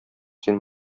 син